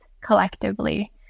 collectively